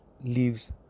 leaves